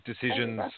decisions